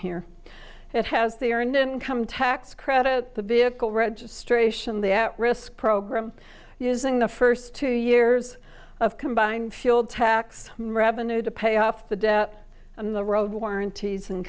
here it has the earned income tax credit the vehicle registration the at risk program using the first two years of combined fuel tax revenue to pay off the debt and the road warranties and